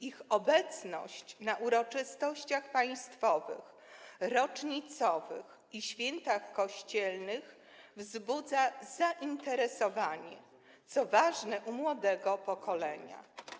Ich obecność na uroczystościach państwowych, rocznicowych i świętach kościelnych wzbudza zainteresowanie, co ważne, u młodego pokolenia.